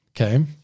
okay